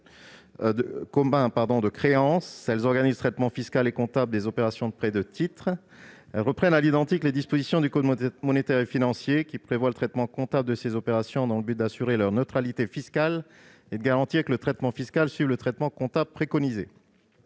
Elles organisent le traitement fiscal et comptable des opérations de prêts de titres. Elles reprennent à l'identique les dispositions du code monétaire et financier, qui prévoient le traitement comptable de ces opérations, dans le but d'assurer leur neutralité fiscale et de garantir que le traitement fiscal suive le traitement comptable préconisé.